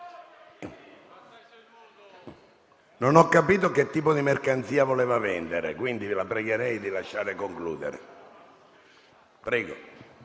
Non ho capito che tipo di mercanzia voleva vendere, quindi la pregherei di lasciare concludere. Prego,